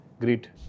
Great